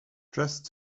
dressed